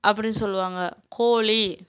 அப்படின் சொல்லுவாங்க கோழி